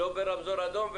לא ברמזור אדום,